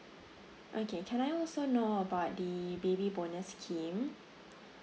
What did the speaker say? okay can I also know about the baby bonus scheme